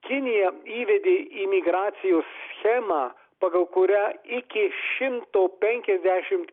kinija įvedė imigracijos schemą pagal kurią iki šimto penkiasdešimt